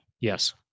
Yes